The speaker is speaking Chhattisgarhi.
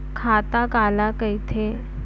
खाता काला कहिथे?